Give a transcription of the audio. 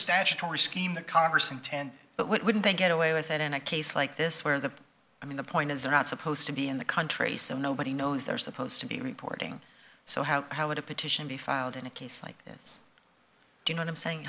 intend but wouldn't they get away with it in a case like this where the i mean the point is they're not supposed to be in the country so nobody knows they're supposed to be reporting so how how would a petition be filed in a case like this you know i'm saying